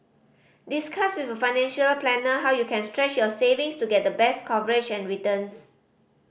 discuss with a financial planner how you can stretch your savings to get the best coverage and returns